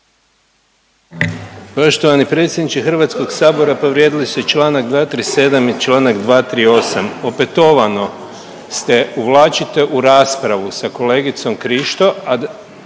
Poštovani predsjedniče Hrvatskoga sabora povrijedili ste članak 237. i članak 238. Opetovano se uvlačite u raspravu sa kolegicom Krišto